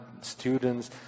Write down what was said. students